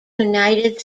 united